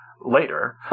later